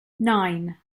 nine